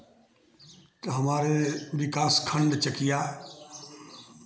तो हमारे विकास खंड चकिया